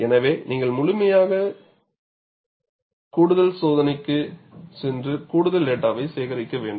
எனவே நீங்கள் நிச்சயமாக கூடுதல் சோதனைகளுக்கு சென்று கூடுதல் டேட்டாவை சேகரிக்க வேண்டும்